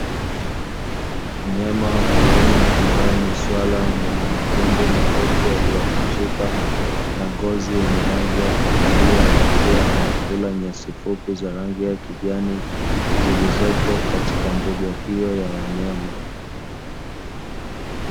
Mnyama wa porini ambae ni swala, mwenye mapembe marefu ambayo yaliyokunjika na ngozi ya rangi ya kahawia, akiwa anakula nyasi fupi za rangi ya kijani, zilizopo katika mbuga hiyo ya wanyama.